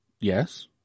Yes